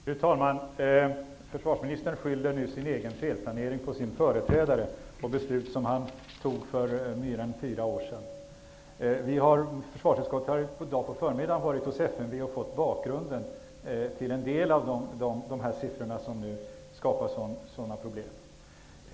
Fru talman! Försvarsministern skyller sin egen felplanering på sin företrädares beslut för mer än fyra år sedan. Vi har i försvarsutskottet i dag på förmiddagen sett på bakgrunden till en del av siffrorna, som nu skapar sådana problem.